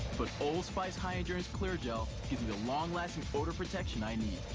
but old spice high endurance clear gel gives me the long-lasting odor protection i need.